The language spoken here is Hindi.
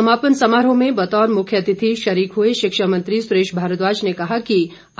समापन समारोह में बतौर मुख्य अतिथि शरीक हुए शिक्षा मंत्री सुरेश भारद्वाज ने कहा कि